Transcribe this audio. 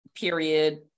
period